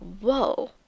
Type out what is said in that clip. whoa